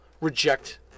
reject